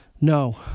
No